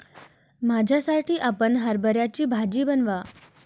माझ्यासाठी आपण हरभऱ्याची भाजी बनवा